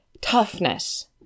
toughness